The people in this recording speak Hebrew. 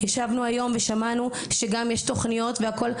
ישבנו היום ושמענו היום שכבר יש תוכניות והכל,